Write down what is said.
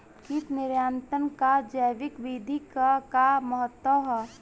कीट नियंत्रण क जैविक विधि क का महत्व ह?